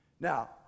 Now